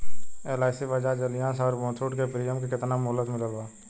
LIC Bajaj Allianz आउर मुथूट के premium के केतना मुहलत मिलल बा?